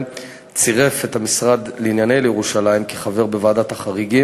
פועל הרבה מאוד לחיזוק מעמדה של ירושלים כבירה.